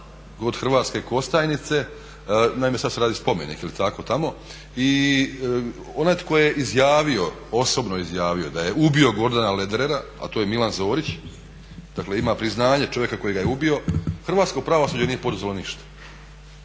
Kod Hrvatske Kostajnice. Naime sada se radi spomenik, je li tako, tamo. I onaj tko je izjavio, osobno izjavio da je ubio Gordana Lederera a to je Milan Zorić, dakle ima priznanje čovjeka koji ga je ubio, hrvatsko pravosuđe nije poduzelo ništa.